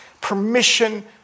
permission